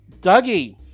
Dougie